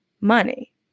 money